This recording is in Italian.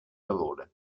parole